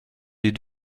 les